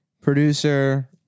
Producer